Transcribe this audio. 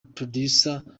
producer